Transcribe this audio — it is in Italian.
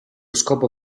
scopo